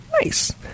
Nice